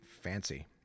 fancy